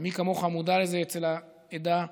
ומי כמוך מודע לזה אצל העדה האתיופית,